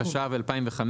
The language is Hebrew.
התשע"ב-2015.